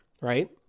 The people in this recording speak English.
right